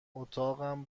اتاقم